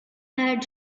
had